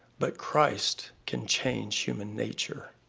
but christ can change human nature.